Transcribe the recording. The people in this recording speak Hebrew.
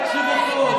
תקשיבו טוב,